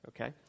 okay